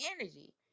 energy